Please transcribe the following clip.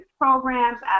programs